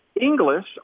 English